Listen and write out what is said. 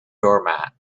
doormat